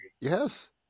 Yes